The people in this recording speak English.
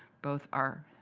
both our